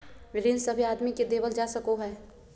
ऋण सभे आदमी के देवल जा सको हय